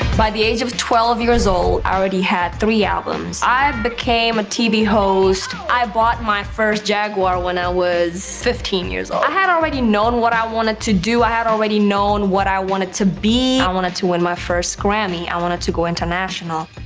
by the age of twelve years old, i already had three albums. i became a tv host. i bought my first jaguar when i was fifteen years old. i had already known what i wanted to do. i had already known what i wanted to be. i wanted to win my first grammy. i wanted to go international.